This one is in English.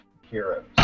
Heroes